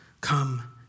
come